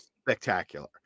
spectacular